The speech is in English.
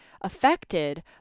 affected